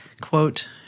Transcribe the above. Quote